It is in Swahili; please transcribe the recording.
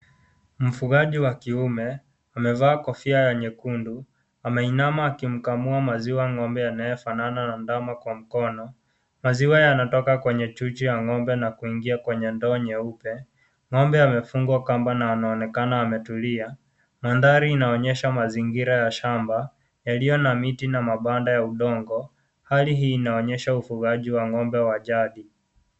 Mfugaji wa kiume, amevaa kofia ya nyekundu, ameinama akimkamua maziwa ngombe anayefanana na ndama kwa mkono, maziwa yanatoka kwenye chuchu ya ngombe na kuingia kwenye ndoo nyeupe, ngombe amefungwa kamba na ameonekana ametulia, manthari inaonyesha mazingira ya shamba yalio na miti na mabanda ya udongo, hali hii inaonyesha ufugaji wa ngombe wa jadi.